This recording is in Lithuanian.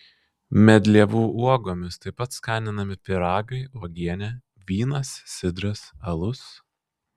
medlievų uogomis taip pat skaninami pyragai uogienė vynas sidras alus